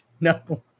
No